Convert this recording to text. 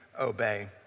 obey